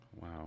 wow